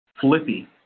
flippy